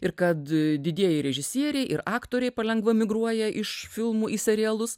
ir kad didieji režisieriai ir aktoriai palengva migruoja iš filmų į serialus